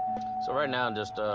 so right now, just,